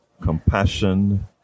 compassion